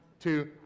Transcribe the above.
Two